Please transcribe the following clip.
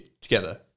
together